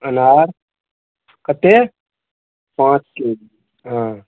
अनार कते पाँच के जी हँ